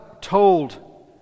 told